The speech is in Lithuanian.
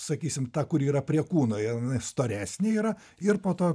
sakysim ta kuri yra prie kūno jinai storesnė yra ir po to